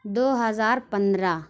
دو ہزار پندرہ